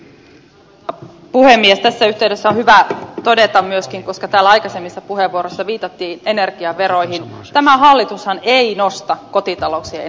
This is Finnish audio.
tässä yhteydessä on hyvä todeta myöskin koska täällä aikaisemmissa puheenvuoroissa viitattiin energiaveroihin että tämä hallitushan ei nosta kotitalouksien energiaveroja